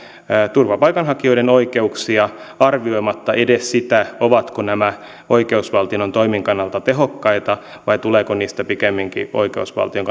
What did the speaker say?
turvapaikanhakijoiden oikeuksia arvioimatta edes sitä ovatko nämä oikeusvaltion toimien kannalta tehokkaita vai tuleeko niistä pikemminkin oikeusvaltion